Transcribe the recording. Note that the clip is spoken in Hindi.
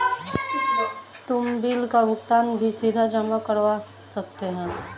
तुम बिल का भुगतान भी सीधा जमा करवा सकते हो